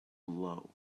blow